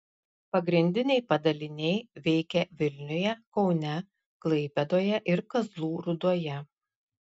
pagrindiniai padaliniai veikia vilniuje kaune klaipėdoje ir kazlų rūdoje